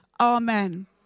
amen